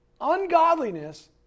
ungodliness